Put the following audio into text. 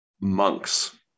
monks